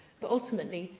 but, ultimately,